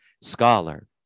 scholar